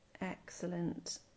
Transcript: Excellent